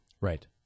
Right